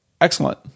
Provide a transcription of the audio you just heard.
excellent